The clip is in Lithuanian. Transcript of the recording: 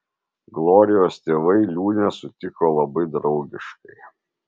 glorijos tėvai liūnę sutiko labai draugiškai